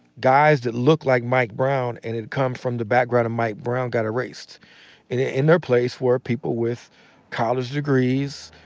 guys that look like mike brown and had come from the background of mike brown got erased, and ah in their place were people with college degrees,